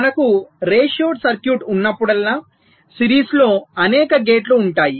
మనకు రేషియోడ్ సర్క్యూట్ ఉన్నప్పుడల్లా సిరీస్లో అనేక గేట్లు ఉంటాయి